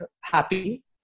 happy